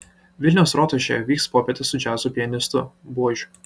vilniaus rotušėje vyks popietė su džiazo pianistu buožiu